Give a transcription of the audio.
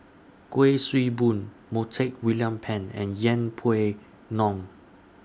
Kuik Swee Boon Montague William Pett and Yeng Pway Ngon